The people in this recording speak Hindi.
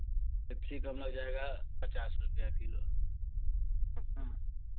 केप्सिकम हो जाएगा पचास रुपया किलो